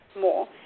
more